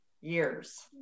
years